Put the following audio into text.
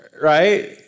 right